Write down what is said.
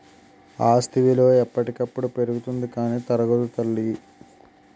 ఆస్తి విలువ ఎప్పటికప్పుడు పెరుగుతుంది కానీ తరగదు తల్లీ